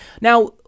Now